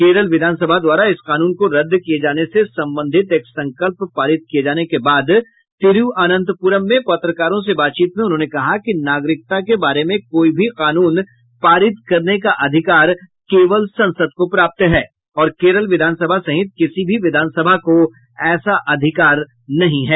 केरल विधानसभा द्वारा इस कानून को रद्द किये जाने से संबंधित एक संकल्प पारित किये जाने के बाद तिरूअनंतप्रम में पत्रकारों से बातचीत में उन्होंने कहा कि नागरिकता के बारे में कोई भी कानून पारित करने का अधिकार केवल संसद को प्राप्त है और केरल विधानसभा सहित किसी भी विधानसभा को ऐसा अधिकार नहीं है